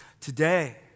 today